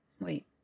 Wait